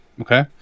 Okay